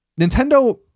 Nintendo